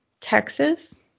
texas